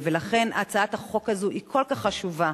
ולכן הצעת החוק הזו היא כל כך חשובה.